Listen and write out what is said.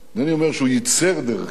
אינני אומר שהוא ייצר דרך קשה,